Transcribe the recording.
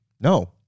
No